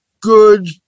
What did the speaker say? good